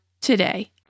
today